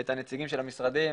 את הנציגים של המשרדים,